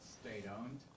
state-owned